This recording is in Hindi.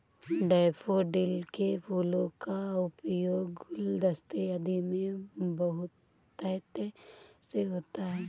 डैफोडिल के फूलों का उपयोग गुलदस्ते आदि में बहुतायत से होता है